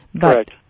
Correct